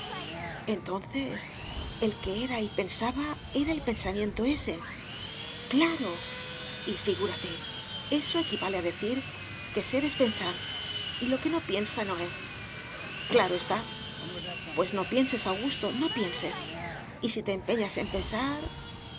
entonces el que era y pensaba era el pensamiento ese claro y figúrate eso equivale a decir que ser es pensar y lo que no piensa no es claro está pues no pienses augusto no pienses y si te empeñas en pensar